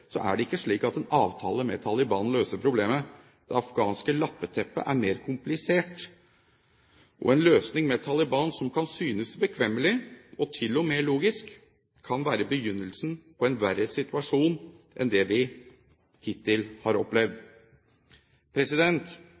er det ikke slik at en avtale med Taliban løser problemet. Det afghanske lappeteppet er mer komplisert. En løsning med Taliban, som kan synes bekvemmelig – og til og med logisk – kan være begynnelsen på en verre situasjon enn det vi hittil har opplevd.